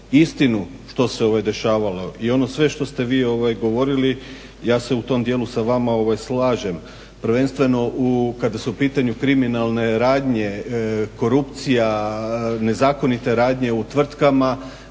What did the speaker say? istinu što se dešavalo. I ono sve što ste vi govorili ja se u tom dijelu sa vama slažem, prvenstveno kada su u pitanju kriminalne radnje, korupcija, nezakonite radnje u tvrtkama.